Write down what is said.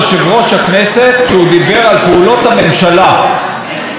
ואני תהיתי לעצמי על מה הוא לא דיבר.